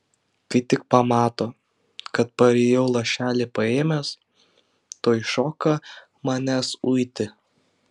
kai tik pamato kad parėjau lašelį paėmęs tuoj šoka manęs uiti